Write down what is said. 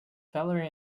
valerie